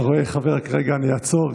רגע, אני אעצור.